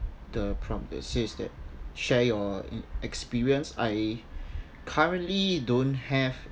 the prompt that says that share your experience I currently don't have